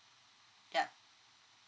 yup